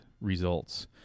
results